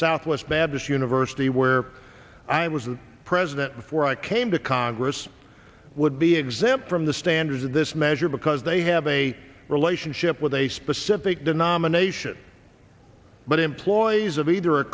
southwest badness university where i was the president before i came to congress would be exempt from the standards in this measure because they have a relationship with a specific the nomination but employees of either a